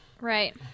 Right